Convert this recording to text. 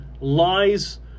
lies